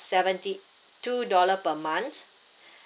seventy two dollar per month